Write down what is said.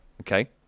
Okay